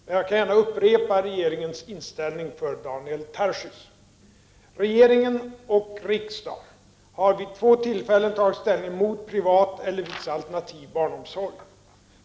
Men jag kan gärna upprepa regeringens inställning för Daniel Tarschys: Regering och riksdag har vid två tillfällen tagit ställning emot privat eller viss alternativ barnomsorg.